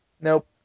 Nope